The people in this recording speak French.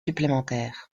supplémentaire